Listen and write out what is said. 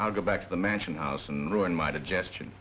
i'll go back to the mansion house and ruin my the gesture